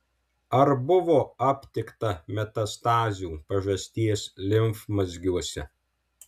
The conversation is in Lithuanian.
ar buvo aptikta metastazių pažasties limfmazgiuose